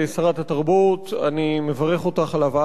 אני מברך אותך על הבאת החוק הזה בפני הכנסת.